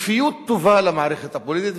וכפיות טובה למערכת הפוליטית,